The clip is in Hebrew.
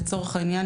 לצורך העניין,